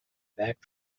back